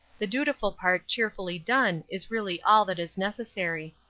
the dutiful part cheerfully done is really all that is necessary.